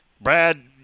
Brad